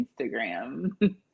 Instagram